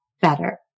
better